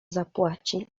zapłaci